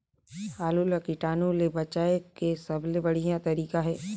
आलू ला कीटाणु ले बचाय के सबले बढ़िया तारीक हे?